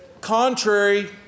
contrary